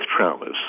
traumas